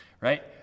right